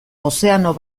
ozeano